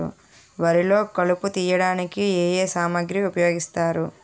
వరిలో కలుపు తియ్యడానికి ఏ ఏ సామాగ్రి ఉపయోగిస్తారు?